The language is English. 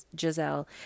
Giselle